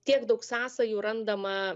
tiek daug sąsajų randama